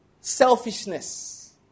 selfishness